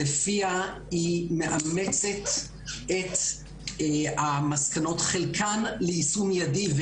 לפיה היא מאמצת את המסקנות, בחלקן ליישום מיידי.